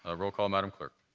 ah roll call, madam clerk.